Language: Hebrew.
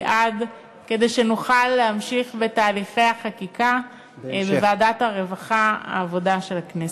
כדי שנוכל להמשיך בתהליכי החקיקה בוועדת העבודה והרווחה של הכנסת.